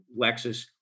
Lexus